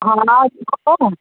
हा हा